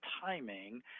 timing